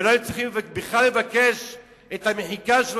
ולא היו צריכים בכלל לבקש את המחיקה של